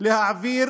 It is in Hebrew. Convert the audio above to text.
להעביר